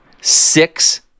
six